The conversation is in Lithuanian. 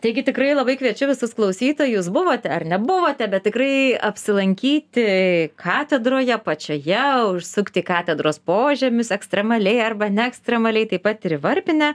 taigi tikrai labai kviečiu visus klausytojus buvote ar nebuvote bet tikrai apsilankyti katedroje pačioje užsukti į katedros požemius ekstremaliai arba neekstremaliai taip pat ir į varpinę